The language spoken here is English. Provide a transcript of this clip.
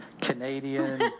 Canadian